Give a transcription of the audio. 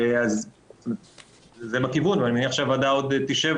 אז זה בכיוון, אבל אני מניח שהוועדה עוד תשב